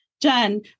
Jen